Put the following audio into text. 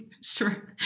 Sure